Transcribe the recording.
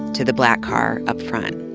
to the black car up front.